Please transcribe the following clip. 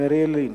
"מריל לינץ'".